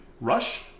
rush